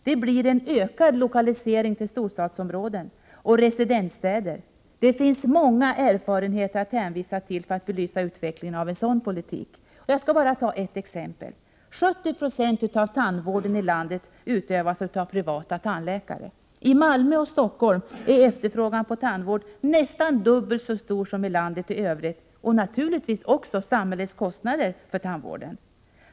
Det skulle bli en ökad lokalisering till storstadsområden och residensstäder. Det finns många erfarenheter att hänvisa till för att belysa utvecklingen av en sådan politik. Jag skall bara ta ett exempel: 70 96 av tandvården i landet utövas av privata tandläkare. I Malmö och Stockholm är efterfrågan på tandvård nästan dubbelt så stor som i landet i övrigt och naturligtvis också samhällets kostnader för tandvården.